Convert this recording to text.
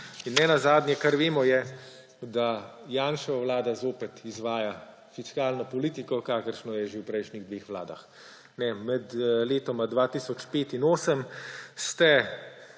In nenazadnje, kar vemo, je, da Janševa vlada zopet izvaja fiskalno politiko, kakršno je že v prejšnjih dveh vladah. Med letom 2005 in 2008 ste